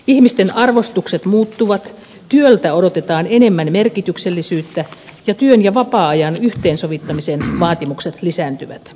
ihmisten arvostukset muuttuvat työltä odotetaan enemmän merkityksellisyyttä ja työn ja vapaa ajan yhteensovittamisen vaatimukset lisääntyvät